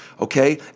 okay